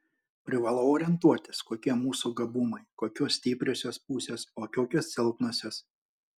privalau orientuotis kokie mūsų gabumai kokios stipriosios pusės o kokios silpnosios